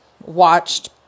watched